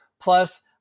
Plus